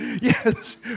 Yes